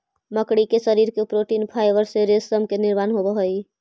मकड़ी के शरीर के प्रोटीन फाइवर से रेशम के निर्माण होवऽ हई